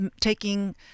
taking